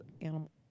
animal